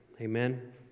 Amen